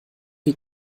wie